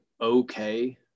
okay